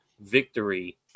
victory